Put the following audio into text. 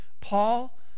Paul